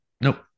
nope